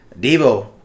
Devo